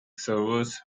servers